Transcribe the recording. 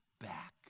back